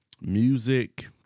music